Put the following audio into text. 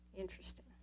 Interesting